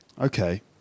Okay